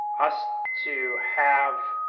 us to have